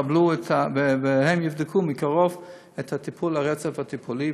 והם יבדקו מקרוב את הרצף הטיפולי,